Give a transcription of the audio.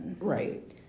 Right